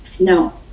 no